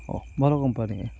ଭଲ କମ୍ପାନୀ ଏ